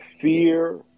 fear